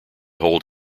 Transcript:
hold